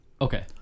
Okay